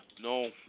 No